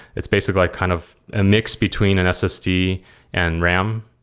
it's basic like kind of a mix between an ssd and ram.